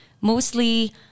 mostly